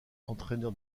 entraîneur